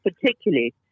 particularly